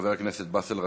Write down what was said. חבר הכנסת באסל גטאס,